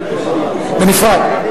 בנפרד.